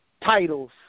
titles